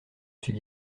suis